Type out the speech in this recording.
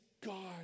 God